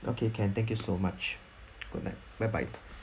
okay can thank you so much goodnight bye bye